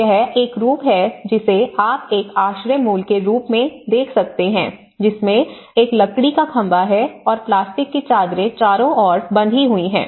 यह एक रूप है जिसे आप एक आश्रय मूल के रूप में देख सकते हैं जिसमें एक लकड़ी का खंबा है और प्लास्टिक की चादरें चारों ओर बंधी हुई हैं